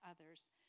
others